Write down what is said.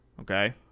Okay